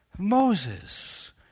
Moses